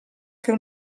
fer